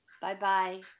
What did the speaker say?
Bye-bye